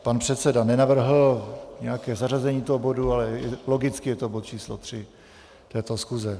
Pan předseda nenavrhl nějaké zařazení toho bodu, ale logicky je to bod číslo 3 této schůze.